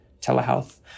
telehealth